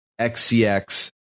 XCX